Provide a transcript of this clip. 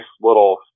little